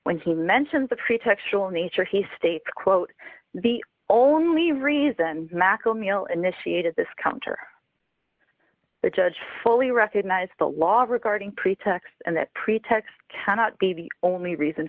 when he mentions the pretextual nature he states quote the only reason machall meal initiated this counter the judge fully recognize the law regarding pretext and that pretext cannot be the only reason